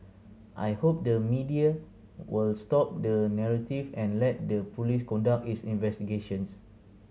I hope the media will stop the narrative and let the police conduct its investigations